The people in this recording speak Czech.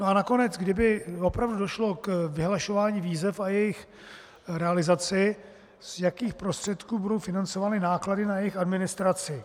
A nakonec, kdyby opravdu došlo k vyhlašování výzev a jejich realizaci, z jakých prostředků budou financovány náklady na jejich administraci?